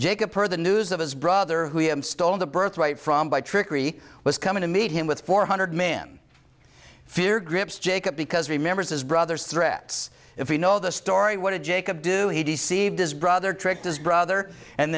jacob heard the news of his brother who had stolen the birthright from by trickery was coming to meet him with four hundred men fear grips jacob because remembers his brother's threats if you know the story what jacob do he deceived his brother tricked his brother and